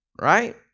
right